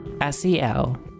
S-E-L